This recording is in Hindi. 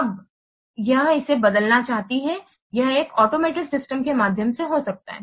अब यह इसे बदलना चाहती है यह एक ऑटोमेटेड सिस्टम के माध्यम से हो सकता है